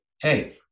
hey